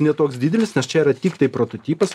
ne toks didelis nes čia yra tiktai prototipas